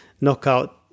knockout